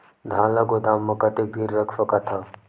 धान ल गोदाम म कतेक दिन रख सकथव?